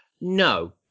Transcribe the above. No